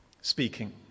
speaking